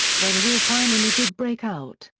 when war finally did break out,